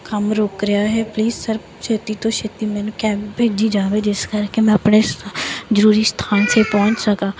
ਕੰਮ ਰੁਕ ਰਿਹਾ ਹੈ ਪਲੀਜ਼ ਸਰ ਛੇਤੀ ਤੋਂ ਛੇਤੀ ਮੈਨੂੰ ਕੈਬ ਭੇਜੀ ਜਾਵੇ ਜਿਸ ਕਰਕੇ ਮੈਂ ਆਪਣੇ ਜ਼ਰੂਰੀ ਸਥਾਨ ਸੇ ਪਹੁੰਚ ਸਕਾਂ